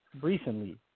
recently